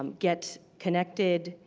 um get connected,